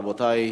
רבותי,